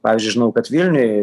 pavyzdžiui žinau kad vilniuj